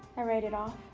i write it off.